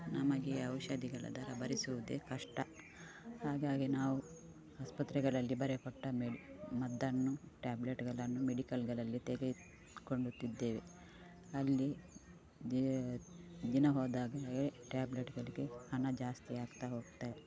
ನಮಗೆ ಔಷಧಿಗಳ ದರ ಭರಿಸುವುದೆ ಕಷ್ಟ ಹಾಗಾಗಿ ನಾವು ಆಸ್ಪತ್ರೆಗಳಲ್ಲಿ ಬರೆಕೊಟ್ಟ ಮೆಡಿ ಮದ್ದನ್ನು ಟ್ಯಾಬ್ಲೆಟ್ಗಳನ್ನು ಮೆಡಿಕಲ್ಗಳಲ್ಲಿ ತೆಗೆದುಕೊಳ್ಳುತ್ತಿದ್ದೇವೆ ಅಲ್ಲಿ ದೇ ದಿನ ಹೋದಾಗೇ ಟ್ಯಾಬ್ಲೆಟ್ಗಳಿಗೆ ಹಣ ಜಾಸ್ತಿ ಆಗ್ತಾ ಹೋಗ್ತಾ